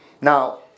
Now